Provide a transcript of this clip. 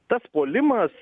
tas puolimas